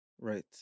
Right